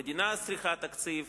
המדינה צריכה תקציב.